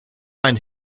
ein